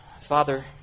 Father